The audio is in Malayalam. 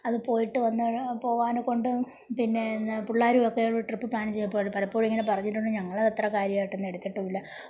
അത് പോയിട്ട് വന്ന് പോവാനൊക്കൊണ്ട് പിന്നേ എന്നാ പിള്ളേരും ഒക്കെ ഒരു ട്രിപ്പ് പ്ലാന് ചെയ്യുമ്പോഴ് പലപ്പോഴും ഇങ്ങനെ പറഞ്ഞിട്ടുണ്ട് ഞങ്ങളതത്ര കാര്യവായിട്ടൊന്നും എടുത്തിട്ടുവില്ല